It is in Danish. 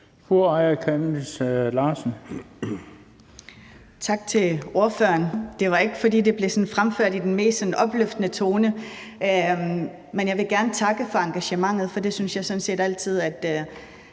Aaja Chemnitz Larsen (IA): Tak til ordføreren. Det var ikke, fordi det blev fremført sådan i den mest opløftende tone. Men jeg vil gerne takke for engagementet, for det synes jeg sådan set altid at